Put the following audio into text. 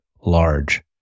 large